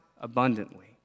abundantly